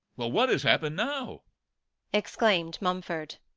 well, what has happened now exclaimed mumford.